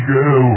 go